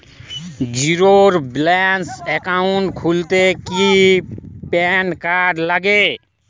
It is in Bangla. জীরো ব্যালেন্স একাউন্ট খুলতে কি প্যান কার্ড লাগে?